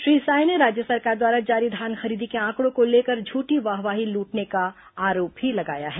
श्री साय ने राज्य सरकार द्वारा जारी धान खरीदी के आंकड़ों को लेकर झूठी वाहवाही लूटने का आरोप भी लगाया है